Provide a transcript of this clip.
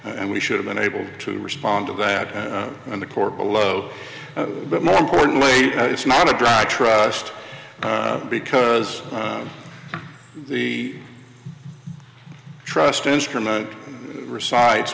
and we should have been able to respond to that in the court below but more importantly it's not a dry trust because the trust instrument recites